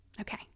Okay